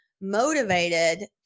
motivated